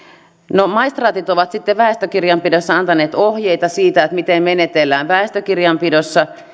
no maistraatit ovat sitten antaneet ohjeita siitä miten menetellään väestökirjanpidossa